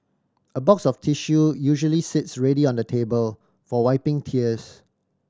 a box of tissue usually sits ready on the table for wiping tears